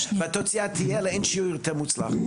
והתוצאה תהיה יותר מוצלחת לאין שיעור.